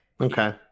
Okay